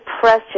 precious